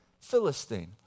Philistine